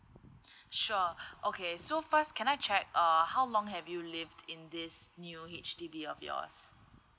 sure okay so first can I check uh how long have you lived in this new H_D_B of yours